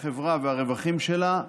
החברה והרווחים שלה,